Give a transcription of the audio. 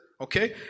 Okay